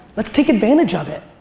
let's take advantage of it.